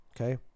okay